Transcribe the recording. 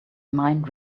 mind